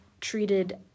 treated